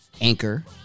Anchor